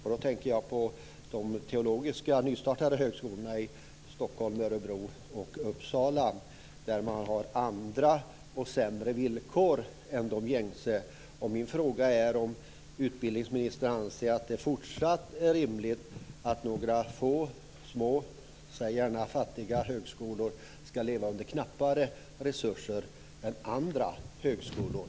Jag tänker på de nystartade teologiska högskolorna i Stockholm, Örebro och Uppsala där man har andra och sämre villkor än de gängse. Min fråga är om utbildningsministern anser att det fortsatt är rimligt att några få, små, säg gärna fattiga högskolor ska leva under knappare resurser än andra högskolor.